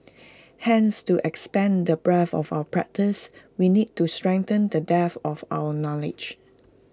hence to expand the breadth of our practice we need to strengthen the depth of our knowledge